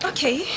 Okay